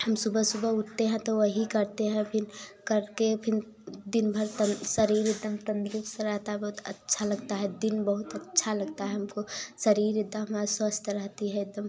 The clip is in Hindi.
हम सुबह सुबह उठते हैं तो वही करते हैं फिन करके फिर दिनभर तन शरीर एकदम तंदरुस्त रहता है बहुत अच्छा लगता है दिन बहुत अच्छा लगता है हमको शरीर एकदम अस्वस्थ रहती है एकदम